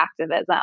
activism